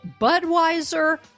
Budweiser